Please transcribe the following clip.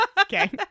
Okay